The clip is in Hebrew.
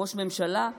ראש ממשלה.